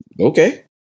Okay